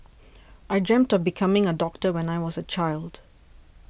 I dreamt of becoming a doctor when I was a child